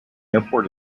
airport